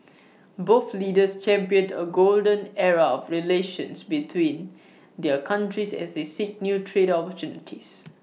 both leaders championed A golden era of relations between their countries as they seek new trade opportunities